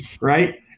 right